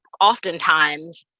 oftentimes,